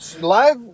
live